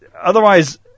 otherwise